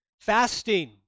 Fasting